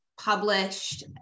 published